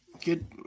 Good